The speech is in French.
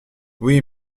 oui